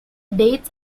dates